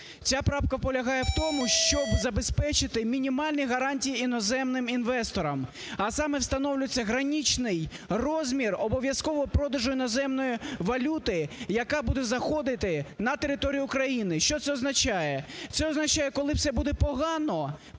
Ця правка полягає в тому, щоб забезпечити мінімальні гарантії іноземним інвесторам, а саме, встановлюється граничний розмір обов'язкового продажу іноземної валюти, яка буде заходити на територію України. Що це означає? Це означає, коли все буде погано,